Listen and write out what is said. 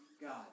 God